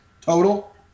total